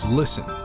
listen